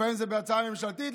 לפעמים זה בהצעה ממשלתית,